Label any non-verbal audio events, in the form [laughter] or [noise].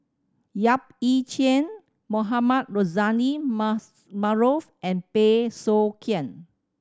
Yap Ee Chian Mohamed Rozani [unintelligible] Maarof and Bey Soo Khiang